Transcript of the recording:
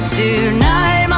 tonight